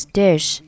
dish